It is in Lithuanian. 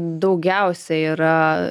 daugiausiai yra